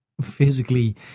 physically